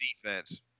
defense